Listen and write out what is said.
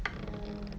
ya